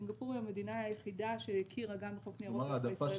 סינגפור היא המדינה היחידה שהכירה גם בחוק ניירות ערך בישראל.